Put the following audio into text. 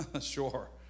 sure